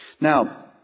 Now